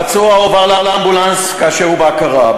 הפצוע, הפצוע הועבר לאמבולנס כאשר הוא בהכרה.